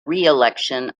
reelection